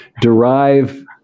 derive